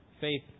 faith